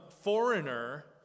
foreigner